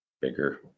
bigger